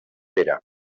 pere